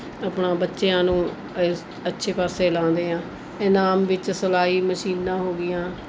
ਆਪਣਾ ਬੱਚਿਆਂ ਨੂੰ ਇਸ ਅੱਛੇ ਪਾਸੇ ਲਗਾਉਂਦੇ ਹਾਂ ਇਨਾਮ ਵਿੱਚ ਸਿਲਾਈ ਮਸ਼ੀਨਾਂ ਹੋ ਗਈਆਂ